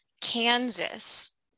Kansas